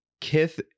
kith